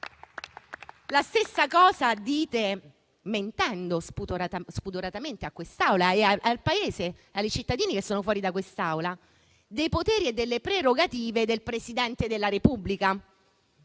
La stessa cosa dite, mentendo spudoratamente all'Assemblea e al Paese, ai cittadini che sono fuori da quest'Aula, dei poteri e delle prerogative del Presidente della Repubblica.